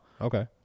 Okay